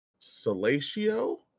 Salatio